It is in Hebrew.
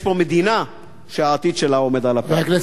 יש פה מדינה שהעתיד שלה עומד על הפרק.